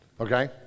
Okay